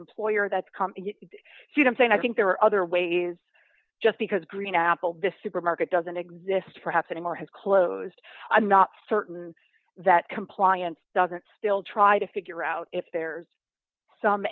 employer that come to them saying i think there are other ways just because green apple this supermarket doesn't exist perhaps anymore has closed i'm not certain that compliance doesn't still try to figure out if there's some